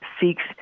seeks